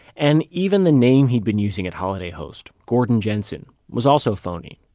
and even the name he'd been using at holiday host, gordon jensen, was also phony.